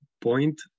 point